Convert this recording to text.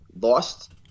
lost